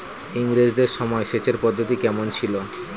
ইঙরেজদের সময় সেচের পদ্ধতি কমন ছিল?